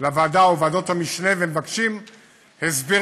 לוועדה או לוועדות המשנה ומבקשים הסברים